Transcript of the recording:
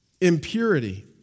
impurity